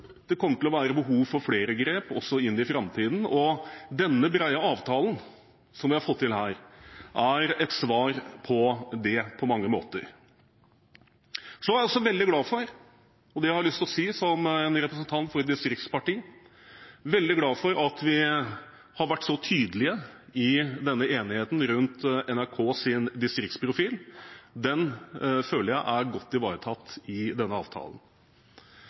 det kommer til å være behov for flere grep også i framtiden, og den brede avtalen som vi har fått til her, er på mange måter et svar på det. Så er jeg også veldig glad for, og det har jeg lyst til å si som representant for et distriktsparti, at vi har vært så tydelige i enigheten rundt NRKs distriktsprofil. Den føler jeg er godt ivaretatt i denne avtalen.